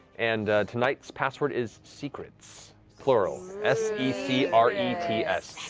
and tonight's password is secrets, plural. s e c r e t s.